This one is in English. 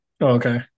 Okay